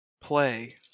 Play